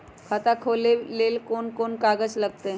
खाता खोले ले कौन कौन कागज लगतै?